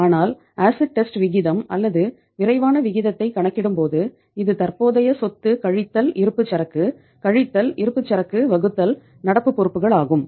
ஆனால் acid test விகிதம் அல்லது விரைவான விகிதத்தை கணக்கிடும்போது இது தற்போதைய சொத்து கழித்தல் இருப்புச்சரக்கு கழித்தல் இருப்புச்சரக்கு வகுத்தல் நடப்பு பொறுப்புகள் ஆகும்